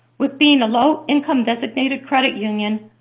with being a low-income-designated credit union,